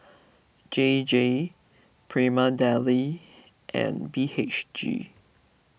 J J Prima Deli and B H G